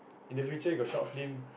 in the future you got short film